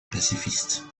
pacifiste